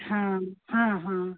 हाँ हाँ हाँ